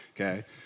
Okay